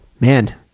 man